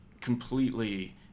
completely